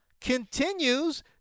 continues